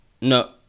No